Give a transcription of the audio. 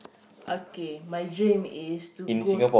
okay my dream is to go